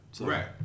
Right